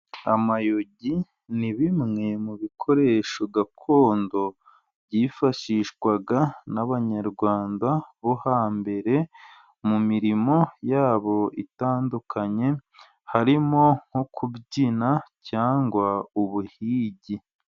Amayugi ni bimwe mu bikoresho gakondo byifashishwaga n'abanyarwanda bo hambere, mu mirimo yabo itandukanye harimo nko kubyina cyangwa ubuhigi.